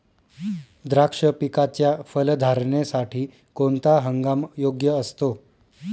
द्राक्ष पिकाच्या फलधारणेसाठी कोणता हंगाम योग्य असतो?